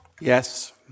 Yes